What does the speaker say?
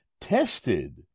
tested